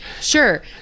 Sure